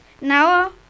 now